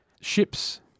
ships